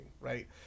right